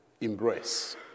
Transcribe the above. embrace